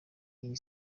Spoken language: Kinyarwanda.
iyi